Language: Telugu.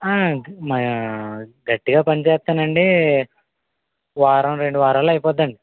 మా గట్టిగా పనిచేస్తానండి వారం రెండు వారాలలో అవి పొద్దండి